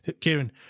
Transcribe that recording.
Kieran